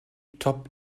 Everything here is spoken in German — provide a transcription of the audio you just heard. top